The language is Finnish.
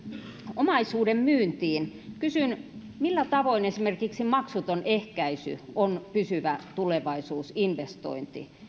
omaisuuden myyntiin kysyn millä tavoin esimerkiksi maksuton ehkäisy on pysyvä tulevaisuusinvestointi